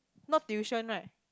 not tuition right